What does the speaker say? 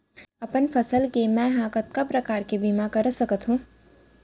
अपन फसल के मै ह कतका प्रकार ले बीमा करा सकथो?